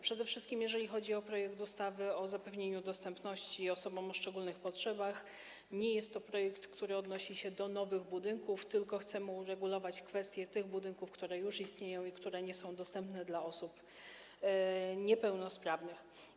Przede wszystkim, jeżeli chodzi o projekt ustawy o zapewnieniu dostępności osobom o szczególnych potrzebach, to nie jest to projekt, który odnosi się do nowych budynków, tylko chcemy uregulować kwestię tych budynków, które już istnieją i które nie są dostępne dla osób niepełnosprawnych.